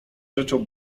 rzeczą